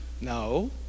no